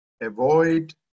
avoid